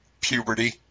Puberty